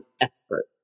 expert